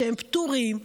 כשהם פטורים,